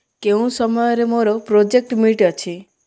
କେଉଁ ସମୟରେ ମୋର ପ୍ରୋଜେକ୍ଟ ମିଟ୍ ଅଛି